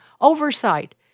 oversight